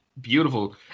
Beautiful